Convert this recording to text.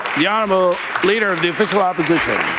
the honourable leader of the official opposition.